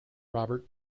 robert